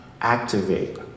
activate